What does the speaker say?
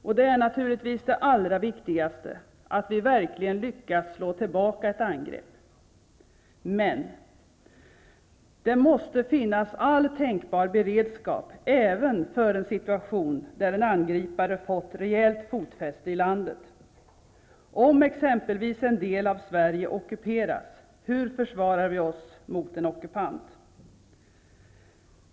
Och det är naturligtvis det allra viktigaste, att vi verkligen lyckas slå tillbaka ett angrepp. Men: Det måste finnas all tänkbar beredskap även för en situation där en angripare fått rejält fotfäste i landet. Om exempelvis en del av Sverige ockuperas, hur försvarar vi oss då mot en ockupant?